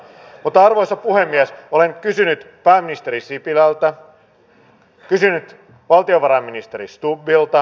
mutta arvoisa puhemies olen kysynyt pääministeri sipilältä kysynyt valtiovarainministeri stubbilta